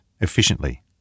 efficiently